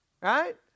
right